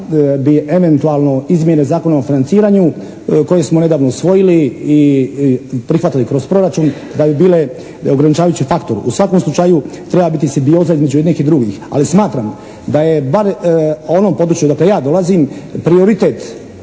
bi eventualno izmjene Zakona o financiranju koji smo nedavno usvojili u prihvatili kroz proračun da bi bile ograničavajući faktor. U svakom slučaju treba biti simbioza između jednih i drugih, ali smatram da je bar u onom području odakle ja dolazim prioritet